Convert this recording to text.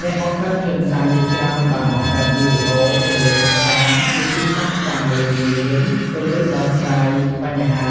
អ្នកបង្កើតខ្លឹមសារជាច្រើនបានបង្កើតវីដេអូ គន្លឹះសិក្សា វិធីសាស្រ្តចាំមេរៀនលឿន គន្លឹះដោះស្រាយបញ្ហា